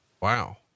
Wow